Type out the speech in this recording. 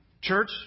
Church